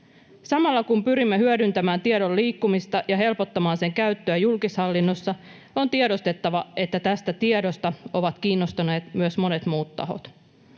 Samalla kun pyrimme hyödyntämään tiedon liikkumista ja helpottamaan sen käyttöä julkishallinnossa, on tiedostettava, että tästä tiedosta ovat kiinnostuneet myös monet muut tahot.